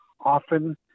often